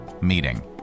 meeting